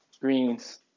greens